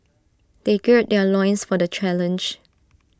they gird their loins for the challenge